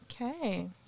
okay